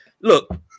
Look